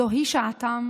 זוהי שעתם